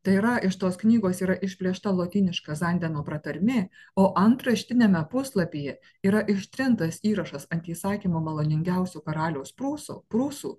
tai yra iš tos knygos yra išplėšta lotyniška zandeno pratarmė o antraštiniame puslapyje yra ištrintas įrašas ant įsakymo maloningiausi karaliaus prūso prūsų